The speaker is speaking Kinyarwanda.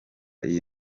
iyi